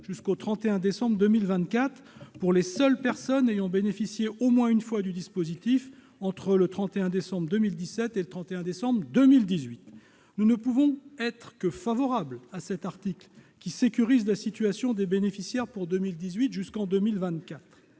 jusqu'au 31 décembre 2024 pour les seules personnes ayant bénéficié au moins une fois du dispositif entre le 31 décembre 2017 et le 31 décembre 2018. Nous ne pouvons qu'être favorables à cet article, qui sécurise la situation des bénéficiaires de 2018 à 2024.